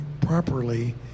properly